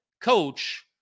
coach